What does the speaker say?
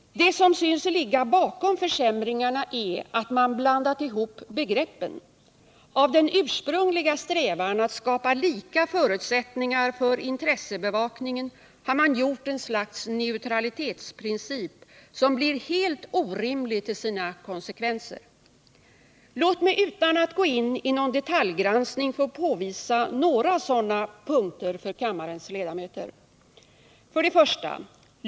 Det som synes ligga bakom försämringarna är att man blandat ihop begreppen. Av den ursprungliga strävan att skapa lika förutsättningar för intressebevakningen har man gjort ett slags neutralitetsprincip, som blir helt orimlig till sina konsekvenser. Låt mig utan att gå in i någon detaljgranskning få påvisa några sådana punkter för kammarens ledamöter. 1.